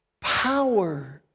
power